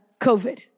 COVID